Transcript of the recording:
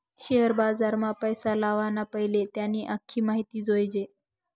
share बजारमा पैसा लावाना पैले त्यानी आख्खी माहिती जोयजे